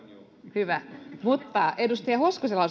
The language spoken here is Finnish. hyvä mutta edustaja hoskoselle